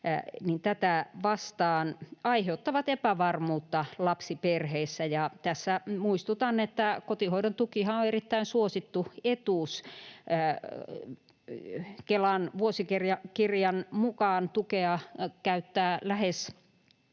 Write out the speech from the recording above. lapsia aiheuttavat epävarmuutta lapsiperheissä. Tässä muistutan, että kotihoidon tukihan on erittäin suosittu etuus. Kelan vuosikirjan mukaan tukea käyttää lähes